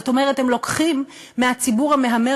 זאת אומרת: הם לוקחים מהציבור המהמר